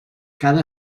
cada